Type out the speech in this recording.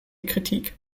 kritik